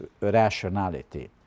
rationality